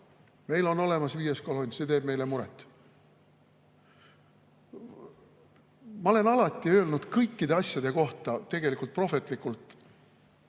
meil on olemas viies kolonn ja see teeb meile muret. Ma olen alati öelnud kõikide asjade kohta tegelikult prohvetlikult